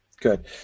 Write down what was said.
Good